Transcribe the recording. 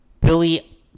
Billy